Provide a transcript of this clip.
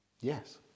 Yes